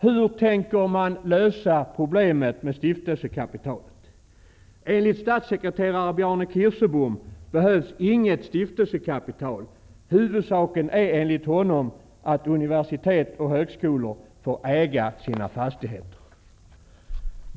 Hur tänker man lösa problemet med stiftelsekapitalet? Enligt statssekreterare Bjarne Kirsebom behövs inget stiftelsekapital. Huvudsaken är enligt honom att universitet och högskolor får äga sina fastigheter.